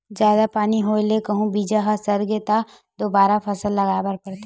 जादा पानी होए ले कहूं बीजा ह सरगे त दोबारा फसल लगाए बर परथे